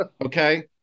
Okay